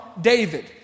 David